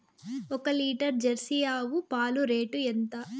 ఒక litre Jersey ఆవు పాలు రేటు ఎంత?